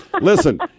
Listen